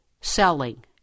selling